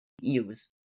use